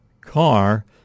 car